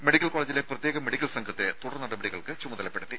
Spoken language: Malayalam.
മെഡിക്കൽ കോളേജിലെ പ്രത്യേക മെഡിക്കൽ സംഘത്തെ തുടർ നടപടികൾക്ക് ചുമതലപ്പെടുത്തി